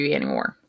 anymore